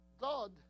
God